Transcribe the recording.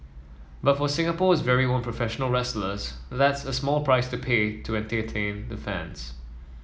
but for Singapore's very own professional wrestlers that's a small price to pay to entertain the fans